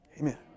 Amen